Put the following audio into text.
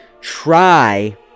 try